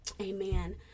Amen